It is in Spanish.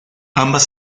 ambas